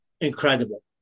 incredible